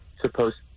supposed